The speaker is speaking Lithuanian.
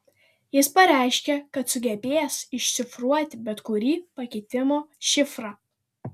jis pareiškė kad sugebės iššifruoti bet kurį pakeitimo šifrą